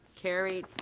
carried.